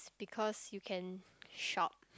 because you can shop